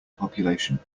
population